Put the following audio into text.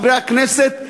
חברי הכנסת,